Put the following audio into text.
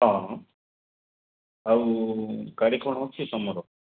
ହଁ ଆଉ ଗାଡ଼ି କ'ଣ ଅଛି ତୁମର